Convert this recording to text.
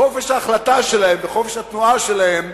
שחופש ההחלטה שלהם וחופש התנועה שלהם